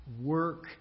work